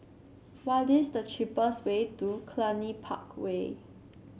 what is the cheapest way to Cluny Park Way